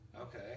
Okay